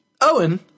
Owen